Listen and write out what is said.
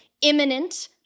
imminent